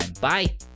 Bye